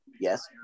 Yes